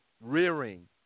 rearing